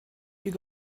you